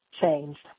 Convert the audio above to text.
changed